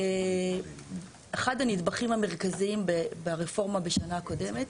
באחד הנדבכים המרכזיים ברפורמה בשנה קודמת,